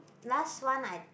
last one I